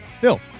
Phil